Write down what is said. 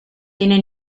tiene